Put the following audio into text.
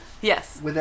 Yes